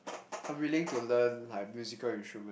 I'm willing to learn like musical instrument